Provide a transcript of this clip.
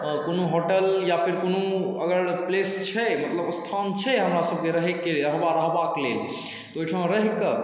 कोनो होटल या फेर कोनो अगर प्लेस छै मतलब स्थान छै हमरासभके रहै के हमरा रहबाक यऽ तऽ ओहिठाम रहैकऽ